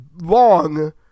long